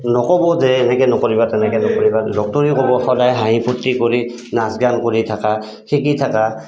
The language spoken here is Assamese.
নক'ব যে এনেকৈ নকৰিবা তেনেকৈ নকৰিবা ডক্তৰেও ক'ব সদায় হাঁহি ফূৰ্তি কৰি নাচ গান কৰি থাকা শিকি থাকা